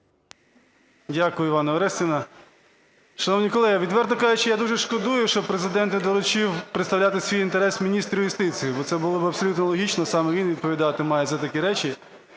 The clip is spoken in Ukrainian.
Дякую, Іванно Орестівно. Шановні колеги! Відверто кажучи, я дуже шкодую, що Президент не доручив представляти свій інтерес міністру юстиції, бо це було б абсолютно логічно, саме він відповідати має за такі речі.